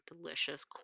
delicious